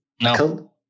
no